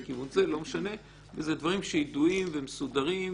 וזה דברים שידועים ומסודרים,